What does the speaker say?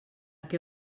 què